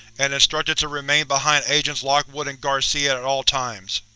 and instructed to remain behind agents lockwood and garcia at at all times.